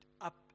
up